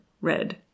red